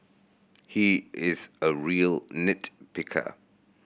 he is a real nit picker